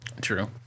True